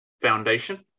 Foundation